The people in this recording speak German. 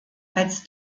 als